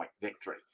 victory